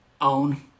own